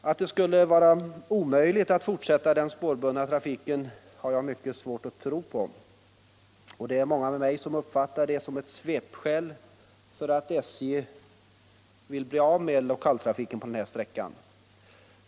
Att det skulle vara så omöjligt att fortsätta den spårbundna trafiken har jag mycket svårt att tro på. Och det är många med mig som uppfattar det som ett svepskäl för att SJ vill bli av med lokaltrafiken på den här sträckan.